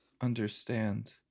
understand